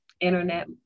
internet